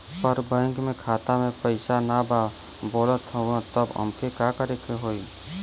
पर बैंक मे खाता मे पयीसा ना बा बोलत हउँव तब हमके का करे के होहीं?